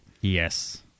Yes